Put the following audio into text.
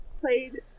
played